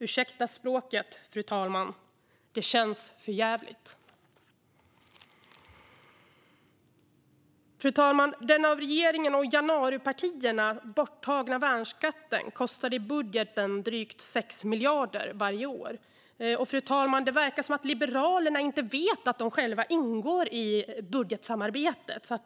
Ursäkta språket, fru talman, men det känns för jävligt. Fru talman! Den av regeringen och januaripartierna borttagna värnskatten kostar i budgeten drygt 6 miljarder varje år. Och, fru talman, det verkar som om Liberalerna inte vet att de själva ingår i budgetsamarbetet.